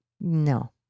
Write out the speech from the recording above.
No